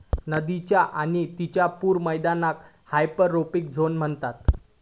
नदीच्य आणि तिच्या पूर मैदानाक हायपोरिक झोन म्हणतत